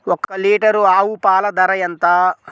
ఒక్క లీటర్ ఆవు పాల ధర ఎంత?